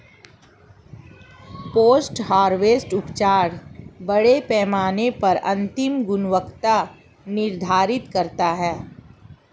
post harvest उपचार बड़े पैमाने पर अंतिम गुणवत्ता निर्धारित करता है